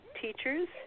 teachers